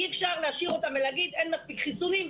אי-אפשר להשאיר אותם ולהגיד: אין מספיק חיסונים,